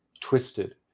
twisted